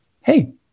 Hey